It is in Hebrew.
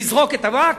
לזרוק את הווקף?